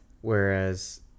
Whereas